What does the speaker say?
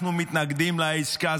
אנחנו מתנגדים לעסקה,